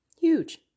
Huge